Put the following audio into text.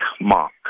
mark